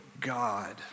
God